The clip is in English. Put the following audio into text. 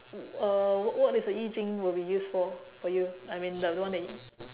wh~ uh what what is the 易经 will be used for for you I mean the one that